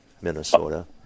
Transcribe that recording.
Minnesota